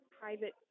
private